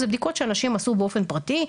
זה בדיקות שאנשים עשו באופן פרטי,